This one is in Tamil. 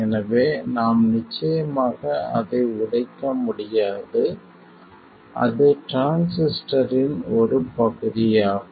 எனவே நாம் நிச்சயமாக அதை உடைக்க முடியாது அது டிரான்சிஸ்டரின் ஒரு பகுதியாகும்